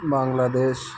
Bangladesh